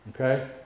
Okay